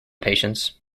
patients